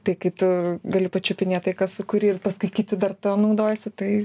tai kai tu gali pačiupinėt tai ką sukuri ir paskui kiti dar ta naudojasi tai